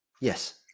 Yes